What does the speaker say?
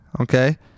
Okay